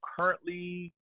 currently